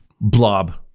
blob